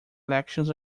elections